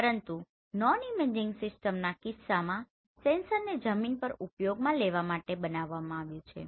પરંતુ non imaging સિસ્ટમના કિસ્સા માં સેન્સરને જમીન પર ઉપયોગમાં લેવા માટે બનાવવામાં આવ્યું છે